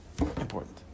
important